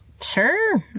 Sure